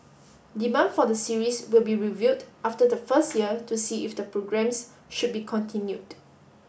demand for the series will be reviewed after the first year to see if the programmes should be continued